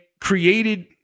created